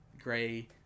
gray